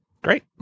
great